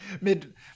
Mid